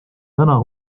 täna